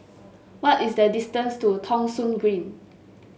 what is the distance to Thong Soon Green